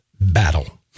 battle